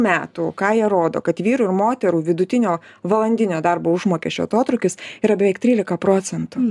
metų ką jie rodo kad vyrų ir moterų vidutinio valandinio darbo užmokesčio atotrūkis yra beveik trylika procentų